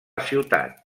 ciutat